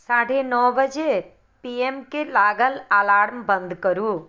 साढ़े नओ बजे पी एम के लागल अलार्म बन्द करू